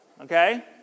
Okay